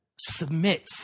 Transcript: submit